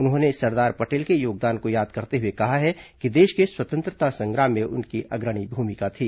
उन्होंने सरदार पटेल के योगदान को याद करते हुए कहा है कि देश के स्वतंत्रता संग्राम में उनकी अग्रणी भुमिका थी